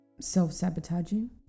self-sabotaging